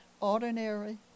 Ordinary